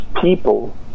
people